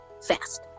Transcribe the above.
fast